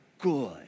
good